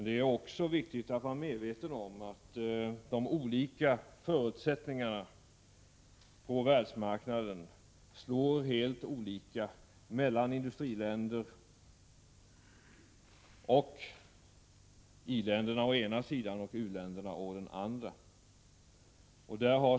Det är också viktigt att vara medveten om att de olika förutsättningarna på världsmarknaden slår helt olika mellan industriländer, och mellan i-länder å ena sidan och u-länder å den andra.